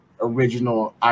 original